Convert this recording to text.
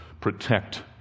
protect